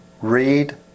read